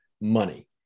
money